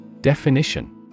Definition